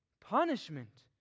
punishment